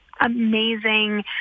amazing